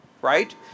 Right